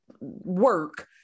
work